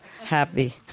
happy